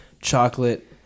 chocolate